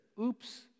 oops